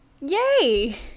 Yay